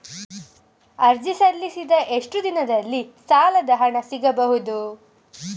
ಅರ್ಜಿ ಸಲ್ಲಿಸಿದ ಎಷ್ಟು ದಿನದಲ್ಲಿ ಸಾಲದ ಹಣ ಸಿಗಬಹುದು?